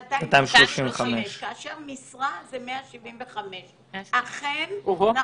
בחודש, כאשר משרה זה 175. אכן, נכון,